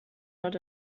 not